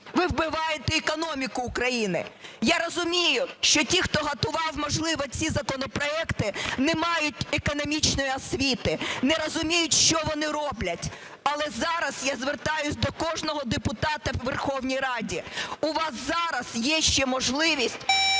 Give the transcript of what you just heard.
Ви вбиваєте економіку України. Я розумію, що ті, хто готував, можливо, ці законопроекти, не мають економічної освіти, не розуміють, що вони роблять. Але зараз я звертаюсь до кожного депутата у Верховній Раді: у вас зараз є ще можливість